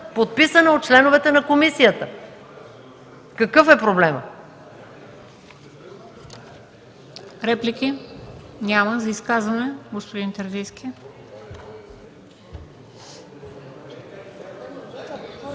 подписана от членовете на комисията! Какъв е проблемът?!